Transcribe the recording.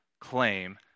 claim